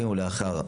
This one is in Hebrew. הארמית".